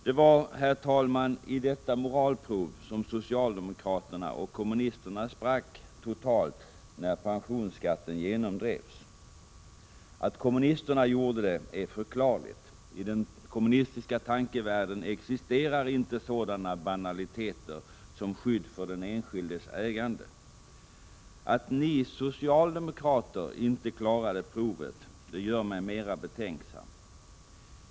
Det var, herr talman, i detta moralprov som socialdemokraterna och kommunisterna sprack totalt när pensionsskatten genomdrevs. Att kommu nisterna gjorde det är förklarligt — i den kommunistiska tankevärlden existerar inte sådana banaliteter som skydd för den enskildes ägande. Att ni socialdemokrater inte klarade provet gör mig däremot betänksam.